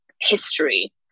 history